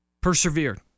persevered